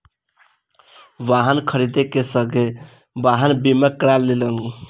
वाहन खरीद के संगे वाहनक बीमा करा लेलैन